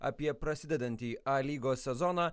apie prasidedantį a lygos sezoną